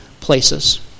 places